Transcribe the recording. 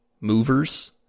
movers